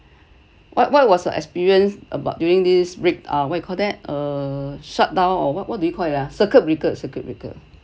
what what was your experience about during this break uh what you call that err shutdown or what what do you call it ah circuit breaker circuit breaker